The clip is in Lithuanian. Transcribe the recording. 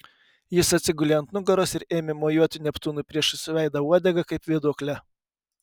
jis atsigulė ant nugaros ir ėmė mojuoti neptūnui priešais veidą uodega kaip vėduokle